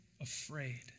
afraid